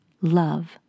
love